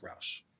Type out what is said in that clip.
Roush